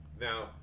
Now